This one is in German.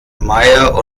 meyer